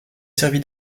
servi